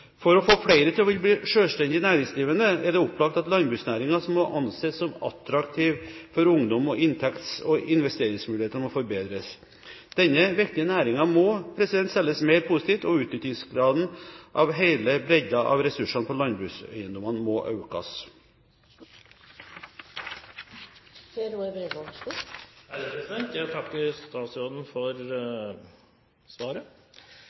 For å få flere til å ville bli selvstendig næringsdrivende er det opplagt at landbruksnæringen må anses som attraktiv for ungdom, og inntekts- og investeringsmulighetene må forbedres. Denne viktige næringen må selges mer positivt, og utnyttingsgraden av hele bredden av ressursene på landbrukseiendommene må økes.